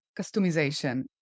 customization